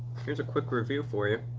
here's a quick review for you.